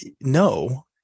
no